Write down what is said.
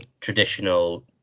traditional